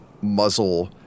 muzzle